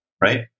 right